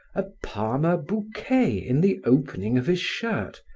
a parma bouquet in the opening of his shirt,